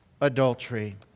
adultery